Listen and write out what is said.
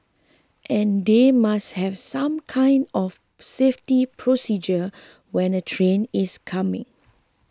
and they must have some kind of safety procedure when a train is coming